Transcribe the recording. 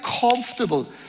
comfortable